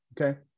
okay